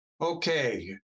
Okay